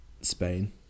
Spain